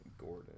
Gordon